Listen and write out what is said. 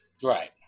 Right